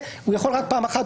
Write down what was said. הוא יכול רק פעם אחת,